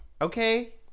Okay